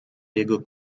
jego